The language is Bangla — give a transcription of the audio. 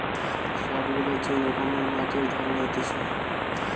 সব গুলা যে রকমের মাটির ধরন হতিছে